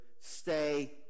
stay